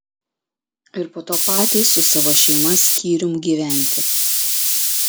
ir po to patys su savo šeima skyrium gyventi